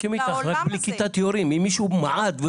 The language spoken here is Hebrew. מסכים איתך אבל אם מישהו מעד,